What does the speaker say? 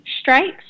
strikes